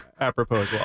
Apropos